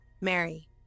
Mary